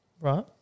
right